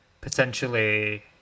potentially